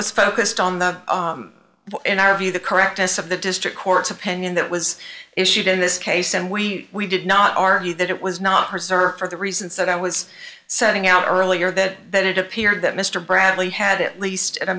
was focused on that in our view the correctness of the district court's opinion that was issued in this case and we did not argue that it was not preserved for the reasons that i was setting out earlier that that it appeared that mr bradley had at least at a